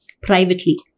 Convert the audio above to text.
privately